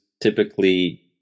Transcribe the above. typically